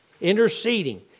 Interceding